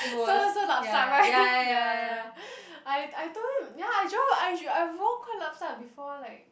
so so lup-sup right ya ya I I told him ya I try I I wore quite lup-sup before like